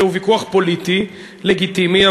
זהו ויכוח פוליטי לגיטימי,